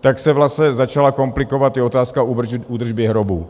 tak se vlastně začala komplikovat i otázka údržby hrobů.